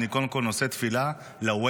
אני קודם כול נושא תפילה ל-Waze,